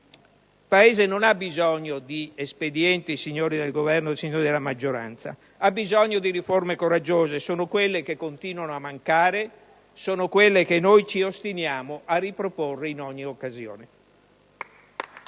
Il Paese non ha bisogno di espedienti, signori del Governo e della maggioranza: ha bisogno di riforme coraggiose. Sono quelle che continuano a mancare; sono quelle che noi ci ostiniamo a riproporre in ogni occasione.